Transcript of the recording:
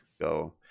Go